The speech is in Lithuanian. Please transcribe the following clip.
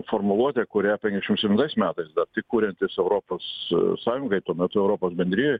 formuluotė kurią penkiasdešim septintais metais dar tik kuriantis europos sąjungai tuo metu europos bendrijai